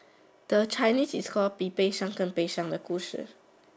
the Chinese is called 比悲伤更悲伤的故事